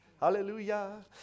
Hallelujah